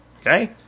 Okay